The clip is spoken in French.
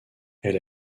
elle